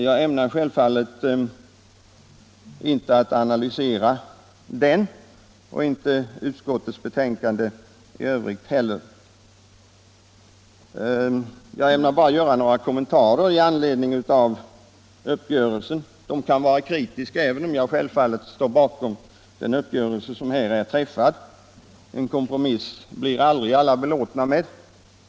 Jag ämnar självfallet inte analysera uppgörelsen och inte heller utskottets betänkande i övrigt. Jag ämnar bara göra några kommentarer med anledning av densamma. De kan vara kritiska, även om jag självfallet står bakom den överenskommelse som har träffats. En kompromiss blir aldrig alla belåtna med.